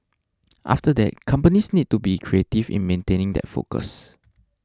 after that companies need to be creative in maintaining that focus